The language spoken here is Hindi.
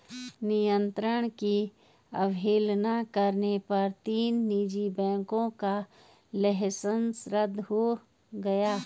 नियंत्रण की अवहेलना करने पर तीन निजी बैंकों का लाइसेंस रद्द हो गया